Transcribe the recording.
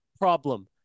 problem